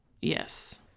yes